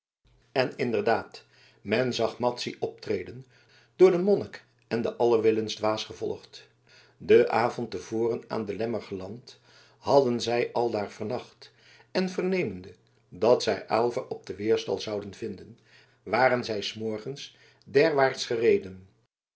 en inderdaad men zag madzy optreden door den monnik en den alwillensdwaas gevolgd den avond te voren aan de lemmer geland hadden zij aldaar vernacht en vernemende dat zij aylva op den weerstal zouden vinden waren zij s morgens derwaarts gereden